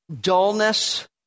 dullness